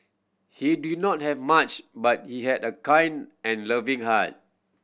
he did not have much but he had a kind and loving heart